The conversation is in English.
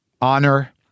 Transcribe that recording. honor